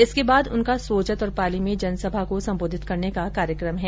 इसके बाद उनका सोजत और पाली में जनसभा को सम्बोधित करने का कार्यक्रम है